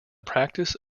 practice